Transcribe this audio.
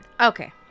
Okay